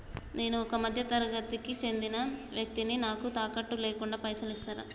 నేను ఒక మధ్య తరగతి కి చెందిన వ్యక్తిని నాకు తాకట్టు లేకుండా పైసలు ఇస్తరా?